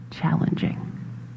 challenging